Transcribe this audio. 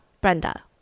Brenda